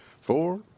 four